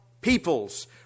peoples